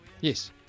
yes